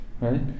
Right